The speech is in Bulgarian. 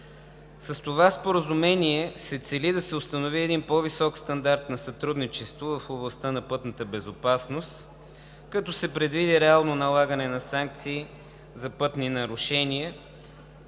С това споразумение се цели да се установи един по-висок стандарт на сътрудничество в областта на пътната безопасност, като се предвиди реално налагане на санкции за пътни нарушения,